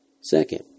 second